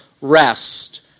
rest